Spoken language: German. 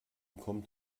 kommt